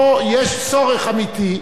פה יש צורך אמיתי,